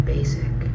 Basic